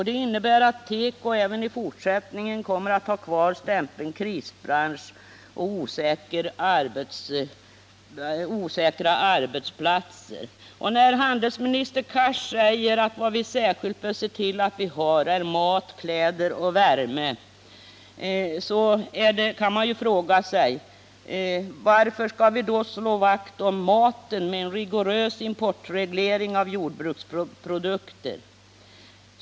Det innebär att teko även i fortsättningen kommer att ha kvar stämpeln krisbransch med osäkra arbeten. När handelsministern Cars säger att vad vi särskilt bör se till är att vi har mat, kläder och värme kan man fråga sig varför vi särskilt skall slå vakt om just maten med en rigorös importreglering av jordbruksprodukter.